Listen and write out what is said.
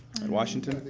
and washington.